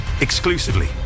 exclusively